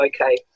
okay